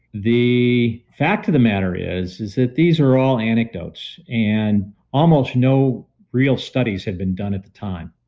the fact of the matter is is that these are all anecdotes and almost no real studies have been done at the time.